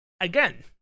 again